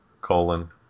colon